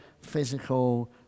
physical